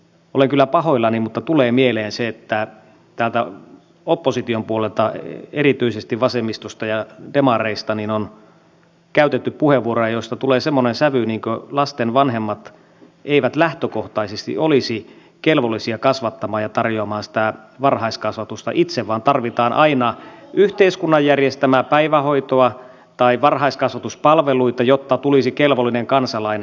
olen kyllä pahoillani mutta tulee mieleen se että täältä opposition puolelta erityisesti vasemmistosta ja demareista on käytetty puheenvuoroja joista tulee semmoinen sävy että lasten vanhemmat eivät lähtökohtaisesti olisi kelvollisia kasvattamaan ja tarjoamaan sitä varhaiskasvatusta itse vaan tarvitaan aina yhteiskunnan järjestämää päivähoitoa tai varhaiskasvatuspalveluita jotta tulisi kelvollinen kansalainen